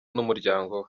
n’umuryango